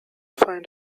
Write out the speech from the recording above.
find